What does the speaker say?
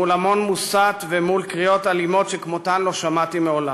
מול המון מוסת ומול קריאות אלימות שכמותן לא שמעתי מעולם.